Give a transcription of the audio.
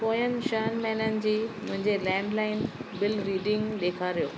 पोयनि छ्ह महिननि जी मुंहिंजे लैंडलाइन बिल रीडिंग ॾेखारियो